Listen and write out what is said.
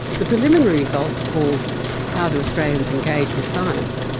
the preliminary results, called how do australians engage with science?